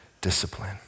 discipline